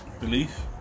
belief